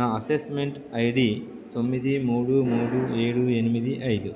నా assessment ID తొమ్మిది మూడు మూడు ఏడు ఎనిమిది ఐదు